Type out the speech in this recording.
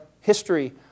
history